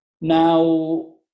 Now